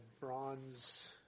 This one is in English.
bronze